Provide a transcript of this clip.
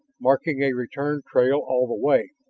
marking a return trail all the way,